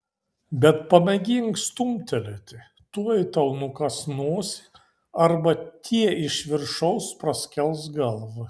bet pamėgink stumtelėti tuoj tau nukąs nosį arba tie iš viršaus praskels galvą